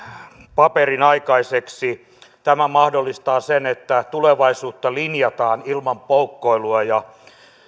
paperin aikaiseksi tämä mahdollistaa sen että tulevaisuutta linjataan ilman poukkoilua ja